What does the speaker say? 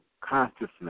consciousness